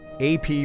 AP